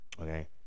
okay